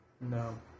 No